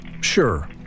Sure